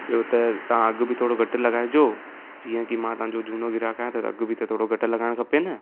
ॿियो त तव्हां अघु बि थोरो घटि लॻाइजो जीअं की मां तव्हांजो झूनो गिराकु आहियां त अघु बि त थोरो घटि लॻाइण खपे न